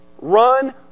Run